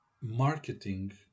marketing